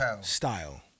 style